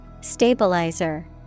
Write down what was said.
Stabilizer